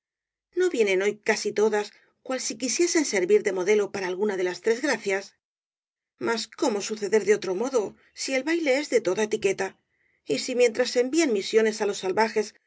no vienen hoy casi todas cual si quisiesen servir de modelo para alguna de las tres gracias mas cómo suceder de otro modo si el baile es de toda etiqueta y si mientras se envían misiones á los salvajes